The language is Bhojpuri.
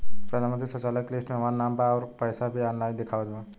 प्रधानमंत्री शौचालय के लिस्ट में हमार नाम बा अउर पैसा भी ऑनलाइन दिखावत बा